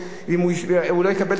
אם הוא לא יקבל את הכסף,